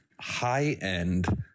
high-end